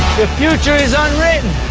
the future is unwritten.